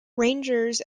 rangers